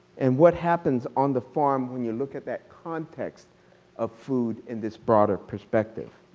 and what happens on the farm when you look at that context of food in this broader perspective.